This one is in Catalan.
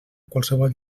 qualsevol